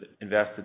invested